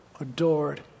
adored